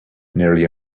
nearly